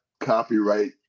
copyright